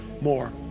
more